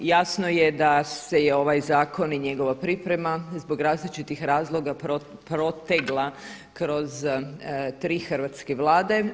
Jasno je da se je ovaj zakon i njegova priprema zbog različitih razloga protegla kroz tri hrvatske Vlade.